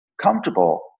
comfortable